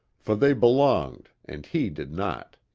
for they belonged and he did not.